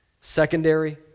secondary